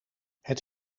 het